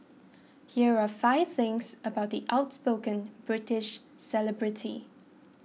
here are five things about the outspoken British celebrity